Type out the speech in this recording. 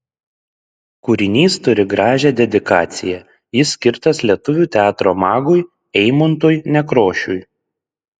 kūrinys turi gražią dedikaciją jis skirtas lietuvių teatro magui eimuntui nekrošiui